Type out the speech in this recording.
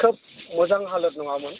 खोब मोजां हालोद नङामोन